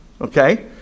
okay